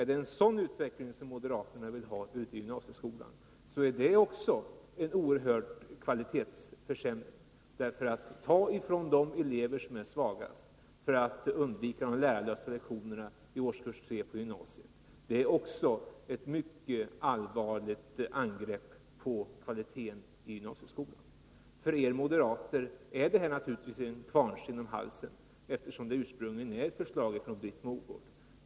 Är det en sådan utveckling moderaterna vill ha av gymnasieskolan, innebär det en oerhörd kvalitetsförsämring. Att ta från de svagaste eleverna för att undvika lärarlösa lektioner i årskurs 3 på gymnasiet är ett mycket allvarligt angrepp på kvaliteten i gymnasieskolan. För er moderater är detta naturligtvis en kvarnsten om halsen, eftersom det ursprungligen är ett förslag från Britt Mogård.